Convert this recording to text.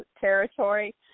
territory